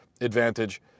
advantage